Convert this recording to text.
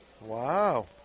Wow